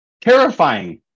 Terrifying